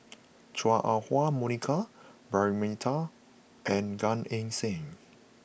Chua Ah Huwa Monica Braema Mathi and Gan Eng Seng